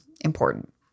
important